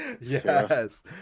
Yes